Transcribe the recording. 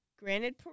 Granted